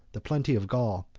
the plenty of gaul,